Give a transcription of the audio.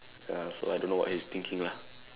ya so I don't know what he's thinking lah